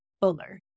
Fuller